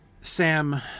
Sam